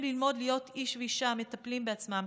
ללמוד להיות איש ואישה המטפלים בעצמם